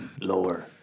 Lower